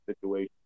situation